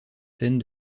scènes